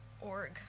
org